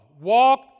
Walk